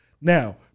Now